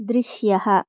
दृश्यः